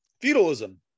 feudalism